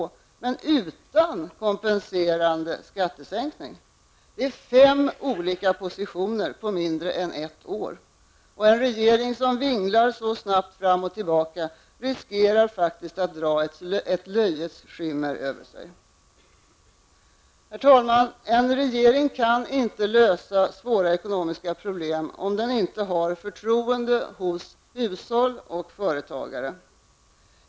I förslaget finns dock ingen kompenserande skattesänkning. Det är fem olika positioner på mindre än ett år. En regering som vinglar så snabbt fram och tillbaka riskerar faktiskt att dra ett löjets skimmer över sig. Herr talman! En regering kan inte lösa svåra ekonomiska problem om den inte har förtroende hos hushåll och företagare.